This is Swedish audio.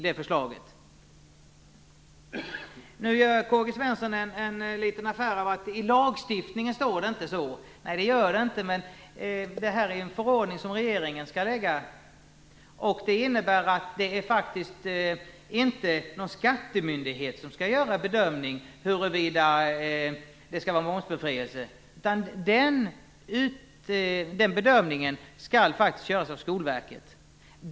Nu gör K-G Svenson en liten affär av att det i lagstiftningen inte står som i förslaget. Det gör det inte. Men regeringen skall utfärda en förordning. Det innebär att det inte är någon skattemyndighet som skall göra bedömningen huruvida det skall vara momsbefrielse. Den bedömningen skall göras av Skolverket.